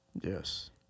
Yes